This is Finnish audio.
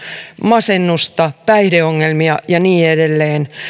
masennusta päihdeongelmia ja niin edelleen